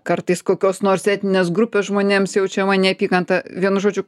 kartais kokios nors etninės grupės žmonėms jaučiama neapykanta vienu žodžiu